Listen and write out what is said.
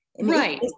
right